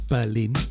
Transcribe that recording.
Berlin